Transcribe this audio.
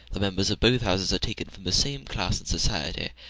the members of both houses are taken from the same class in society,